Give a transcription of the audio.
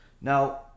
now